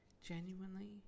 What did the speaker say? genuinely